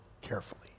carefully